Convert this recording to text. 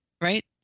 right